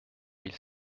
mille